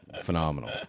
Phenomenal